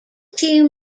two